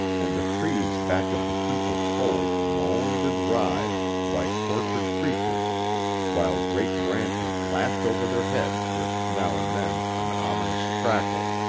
and the trees back of the heap of poles moaned and writhed like tortured creatures while great branches lashed over their heads with now and then an ominous crackle,